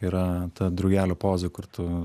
yra ta drugelio poza kur tu